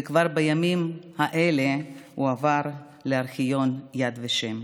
ובימים האלה הוא הועבר לארכיון "יד ושם".